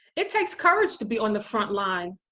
it takes courage to be on the frontline.